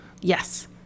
yes